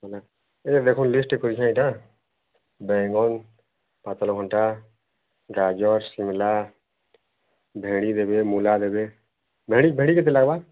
ହେଲା ଏ ଦେଖନ୍ତୁ ଲିଷ୍ଟ ଦେଖଉଛି ନା ଏଇଟା ବାଇଗଣ ପାତରଘଣ୍ଟା ଗାଜର ସିମଲା ଭେଣ୍ଡି ଦେବେ ମୂଳା ଦେବେ ଭେଣ୍ଡି ଭେଣ୍ଡି କେତେ ଲଗବା